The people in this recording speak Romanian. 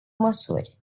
măsuri